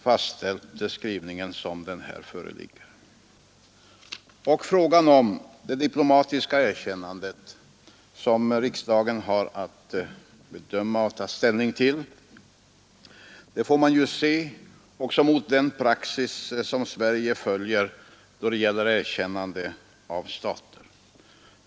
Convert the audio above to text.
Frågan om det diplomatiska erkännandet, som riksdagen har att bedöma och ta ställning till, får man se också mot bakgrund av den praxis som Sverige följer när det gäller erkännande av stater.